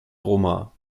roma